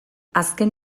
azken